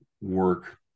work